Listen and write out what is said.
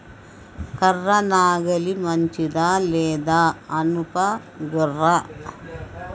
కర్ర నాగలి మంచిదా లేదా? ఇనుప గొర్ర?